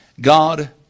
God